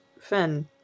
Finn